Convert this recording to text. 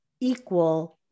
equal